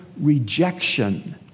rejection